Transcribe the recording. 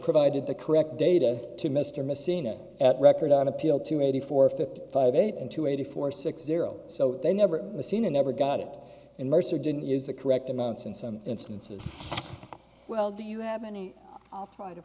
provided the correct data to mr messina at record on appeal to eighty four fifty five eight and two eighty four six zero so they never seen or never got it and mercer didn't use the correct amounts in some instances well do you have any